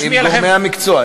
עם גורמי המקצוע,